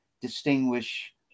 distinguish